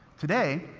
today,